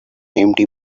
empty